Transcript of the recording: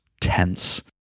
tense